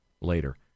later